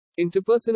Interpersonal